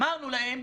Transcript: אמרתי להם,